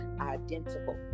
identical